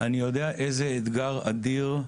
אני יודע איזה אתגר אדיר,